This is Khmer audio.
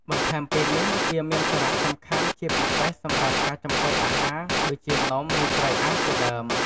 បន្ថែមពីនេះ វាមានសារៈសំខាន់ជាពិសេសសម្រាប់ការចំហុយអាហារ ដូចជា នំ ឬត្រីអាំងជាដើម។